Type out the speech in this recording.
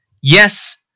yes